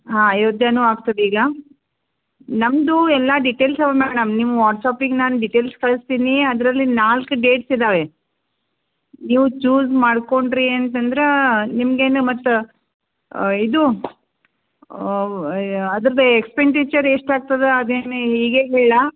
ಹಾಂ ಅಯೋಧ್ಯೆನೂ ಆಗ್ತದೆ ಈಗ ನಮ್ಮದು ಎಲ್ಲ ಡಿಟೇಲ್ಸ್ ಅವ ಮ್ಯಾಡಮ್ ನಿಮ್ಮ ವಾಟ್ಸ್ಆ್ಯಪಿಗೆ ನಾನು ಡಿಟೇಲ್ಸ್ ಕಳಿಸ್ತೀನಿ ಅದರಲ್ಲಿ ನಾಲ್ಕು ಡೇಟ್ಸ್ ಇದ್ದಾವೆ ನೀವು ಚೂಸ್ ಮಾಡಿಕೊಂಡ್ರಿ ಅಂತಂದ್ರೆ ನಿಮ್ಗೇನೆ ಮತ್ತು ಇದು ಅದರದ್ದು ಎಕ್ಸ್ಪೆನ್ಡೀಚರ್ ಎಷ್ಟು ಆಗ್ತದೆ ಅದೇನು ಹೀಗೆ ಹೇಳಿ